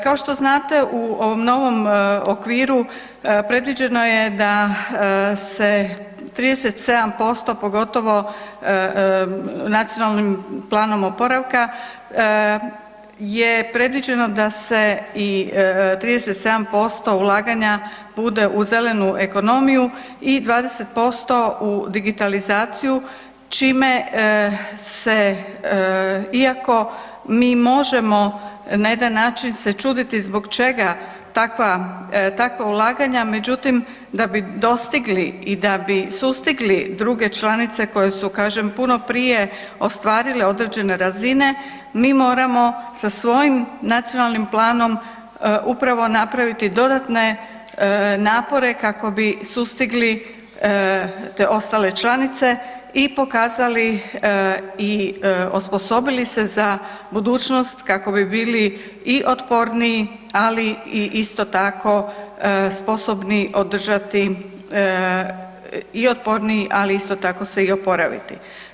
Kao što znate, u ovom novom okviru predviđeno je da se 37% pogotovo NPO-om je predviđeno da se i 37% ulaganja bude u zelenu ekonomiju i 20% u digitalizaciju, čime se iako mi možemo na jedan način se čuditi zbog čega takva ulaganja, međutim da bi dostigli i da bi sustigli druge članice koje su kažem, puno prije ostvarile određene razine, mi moramo sa svojim nacionalnim planom upravo napraviti dodatne napore kako bi sustigli te ostale članice i pokazali i osposobili se za budućnost kako bi bili i otporniji ali i isto tako sposobni održati i otporniji ali isto tako se i oporaviti.